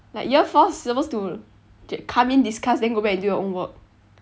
like year four supposed to come in discuss then go back and do your own work